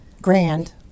grand